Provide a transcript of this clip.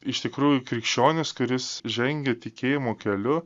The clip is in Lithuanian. iš tikrųjų krikščionis kuris žengia tikėjimo keliu